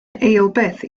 eilbeth